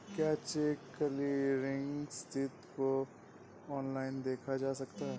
क्या cheque clearing स्थिति को ऑनलाइन देखा जा सकता है?